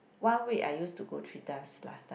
one week I used to go three times last time